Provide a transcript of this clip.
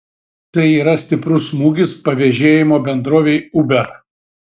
tai yra stiprus smūgis pavėžėjimo bendrovei uber